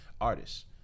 Artists